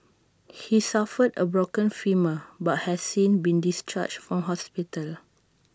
he suffered A broken femur but has seen been discharged from hospital